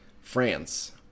France